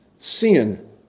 Sin